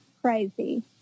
crazy